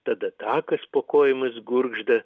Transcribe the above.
tada takas po kojomis gurgžda